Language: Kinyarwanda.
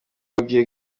yabwiye